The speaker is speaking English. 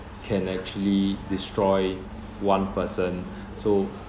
can actually destroy one person so